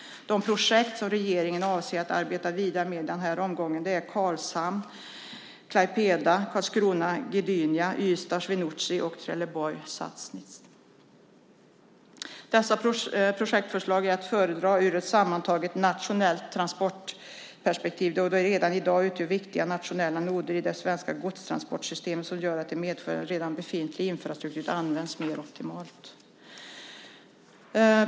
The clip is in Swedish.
De projekt som regeringen avser att arbeta vidare med i den här omgången är Karlshamn-Klaipeda, Karlskrona-Gdynia, Ystad-Swinoujscie och Trelleborg-Sassnitz. Dessa projekt är att föredra ur ett sammantaget nationellt transportperspektiv då de redan i dag utgör viktiga nationella noder i det svenska godstransportsystemet som gör att de medför att redan befintlig infrastruktur används mer optimalt.